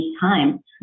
time